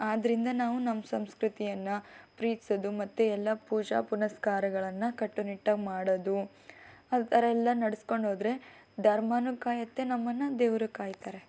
ಆದ್ದರಿಂದ ನಾವು ನಮ್ಮ ಸಂಸ್ಕೃತಿಯನ್ನು ಪ್ರೀತಿಸೋದು ಮತ್ತೆ ಎಲ್ಲ ಪೂಜಾ ಪುನಸ್ಕಾರಗಳನ್ನು ಕಟ್ಟುನಿಟ್ಟಾಗಿ ಮಾಡೋದು ಆ ಥರ ಎಲ್ಲ ನಡ್ಸ್ಕೊಂಡು ಹೋದರೆ ಧರ್ಮವೂ ಕಾಯುತ್ತೆ ನಮ್ಮನ್ನು ದೇವರು ಕಾಯ್ತಾರೆ